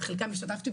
בחלקן השתתפתי,